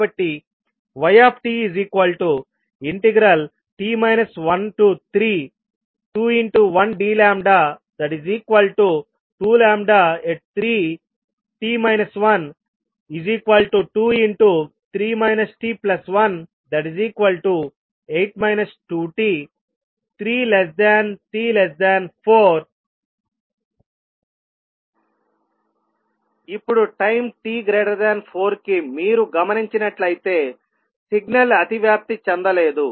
కాబట్టి ytt 1321dλ2λ|3 t 1 23 t18 2t3t4 ఇప్పుడు time t4 కి మీరు గమనించినట్లయితే సిగ్నల్ అతి వ్యాప్తి చెందలేదు